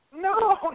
No